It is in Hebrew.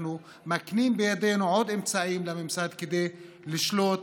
אנחנו מקנים עוד אמצעים בידי הממסד כדי לשלוט